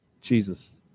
Jesus